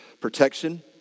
protection